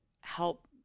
help